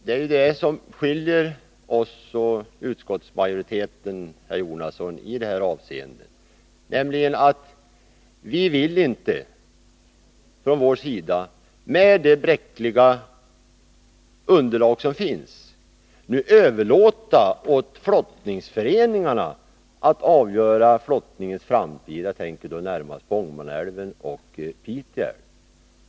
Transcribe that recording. Herr talman! Det som skiljer oss och utskottsmajoriteten, herr Jonasson, är att vi från vår sida, med det bräckliga underlag som finns, inte vill överlåta åt flottningsföreningarna att avgöra flottningens framtid — jag tänker då närmast på Ångermanälven och Pite älv.